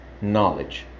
knowledge